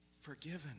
forgiven